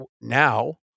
now